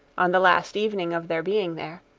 on the last evening of their being there